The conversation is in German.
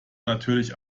natürlich